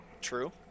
True